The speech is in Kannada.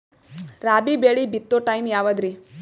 ರಾಬಿ ಬೆಳಿ ಬಿತ್ತೋ ಟೈಮ್ ಯಾವದ್ರಿ?